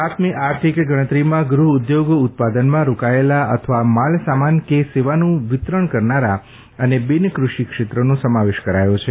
સાતમી આર્થિક ગણતરીમાં ગૃહ ઉદ્યોગ ઉત્પાદનમાં રોકાયેલા અથવા માલ સામાન કે સેવાનું વિતરણ કરનારા અને બિનકૃષિ ક્ષેત્રોનો સમાવેશ કરાયો છે